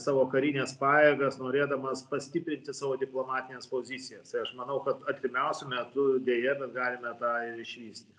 savo karines pajėgas norėdamas pastiprinti savo diplomatines pozicijas i aš manau kad artimiausiu metu deja bet galime tą ir išvysti